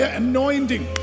anointing